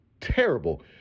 Terrible